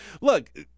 look